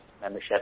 membership